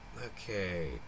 Okay